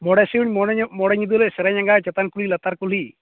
ᱢᱚᱬᱮ ᱥᱤᱧ ᱢᱚᱬᱮ ᱧᱚᱜ ᱢᱚᱬᱮ ᱧᱤᱫᱟᱹ ᱞᱮ ᱥᱮᱨᱧ ᱟᱸᱜᱟᱭᱟ ᱪᱮᱛᱟᱱ ᱠᱩᱞᱦᱤ ᱞᱟᱛᱟᱨ ᱠᱩᱞᱦᱤ